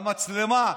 המצלמה,